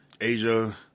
Asia